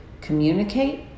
communicate